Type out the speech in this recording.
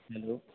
hello